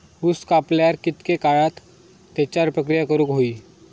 ऊस कापल्यार कितके काळात त्याच्यार प्रक्रिया करू होई?